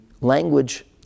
language